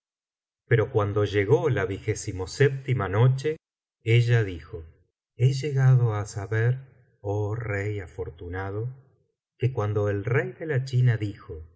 pero cuando llego la noche ella dijo he llegado á saber oh rey afortunado que cuando el rey de la china dijo